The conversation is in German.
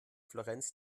florenz